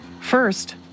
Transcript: First